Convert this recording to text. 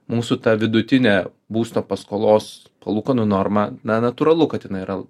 mūsų ta vidutinė būsto paskolos palūkanų norma na natūralu kad jinai yra